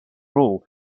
role